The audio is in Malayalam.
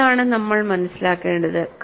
ഏതാണ് നമ്മൾ മനസ്സിലാക്കേണ്ടത്